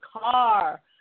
car